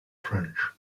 french